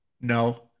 No